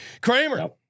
Kramer